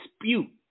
dispute